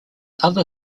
other